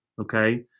Okay